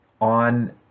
on